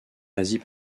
asie